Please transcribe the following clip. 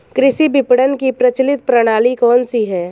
कृषि विपणन की प्रचलित प्रणाली कौन सी है?